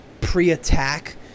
pre-attack